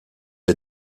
est